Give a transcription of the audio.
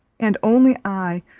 and only i,